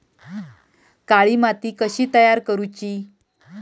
काळी माती कशी तयार करूची?